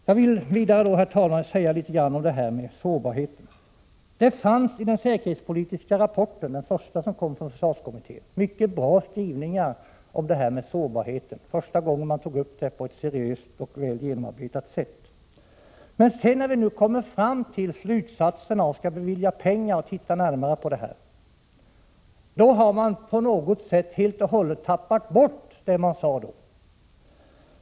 Jag vill, herr talman, säga några ord om sårbarheten. Det finns i den säkerhetspolitiska rapporten — den första som kom från försvarskommittén — mycket bra skrivningar om detta. Det var första gången man tog upp det på ett seriöst sätt och avgav en väl genomarbetad rapport. Men då det gäller slutsatserna, då det skall beviljas pengar och då man skall se närmare på saken, så har man helt och hållet glömt bort vad man tidigare sade.